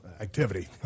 Activity